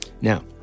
Now